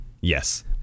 Yes